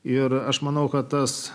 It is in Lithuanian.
ir aš manau kad tas